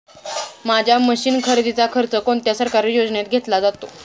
माझ्या मशीन खरेदीचा खर्च कोणत्या सरकारी योजनेत घेतला जातो?